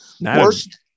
worst